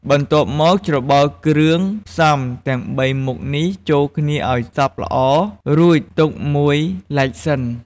បន្ទាប់មក ច្របល់គ្រឿងផ្សំទាំងបីមុខនេះចូលគ្នាឱ្យសព្វល្អ រួចទុកមួយឡែកសិន។